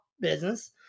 business